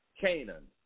Canaan